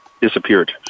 disappeared